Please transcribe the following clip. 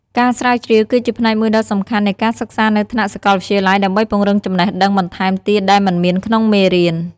ការស្រាវជ្រាវគឺជាផ្នែកមួយដ៏សំខាន់នៃការសិក្សានៅថ្នាក់សាកលវិទ្យាល័យ ដើម្បីពង្រឹងចំណេះដឹងបន្ថែមទៀតដែលមិនមានក្នុងមេរៀន។